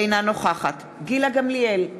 אינה נוכחת גילה גמליאל,